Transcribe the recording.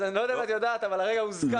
אני לא יודע אם את יודעת, אבל הרגע הוזכרת פה.